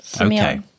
Okay